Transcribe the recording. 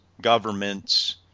governments